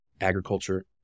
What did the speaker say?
agriculture